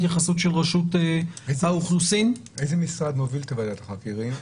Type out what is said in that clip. איזה משרד מוביל את ועדת החריגים?